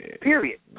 period